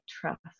trust